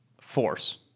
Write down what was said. force